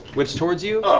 whips towards you.